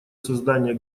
создания